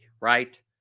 right